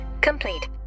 complete